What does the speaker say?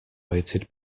waited